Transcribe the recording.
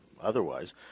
otherwise